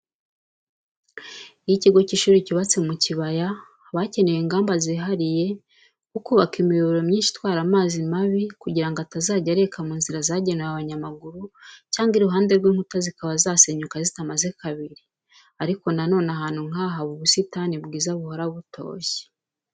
Iyo ikigo cy'ishuri cyubatse mu kibaya, haba hakenewe ingamba zihariye nko kubaka imiyoboro myinshi itwara amazi mabi, kugira ngo atazajya areka mu nzira zagenewe abanyamaguru cyangwa iruhande rw'inkuta zikaba zasenyuka zitamaze kabiri ariko na none ahantu nk'aha haba ubusitani bwiza buhora butoshye.